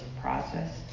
process